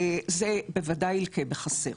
זה בוודאי ילקה בחסר.